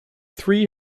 three